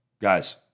guys